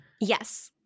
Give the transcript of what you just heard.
Yes